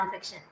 nonfiction